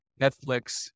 Netflix